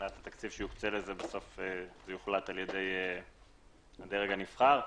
מבחינת התקציב שיוקצה לזה זה יוחלט על ידי הדרג הנבחר.